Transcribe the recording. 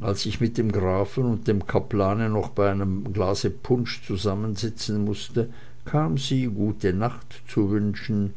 als ich mit dem grafen und dem kaplane noch bei einem glase punsch zusammensitzen mußte kam sie gute nacht zu wünschen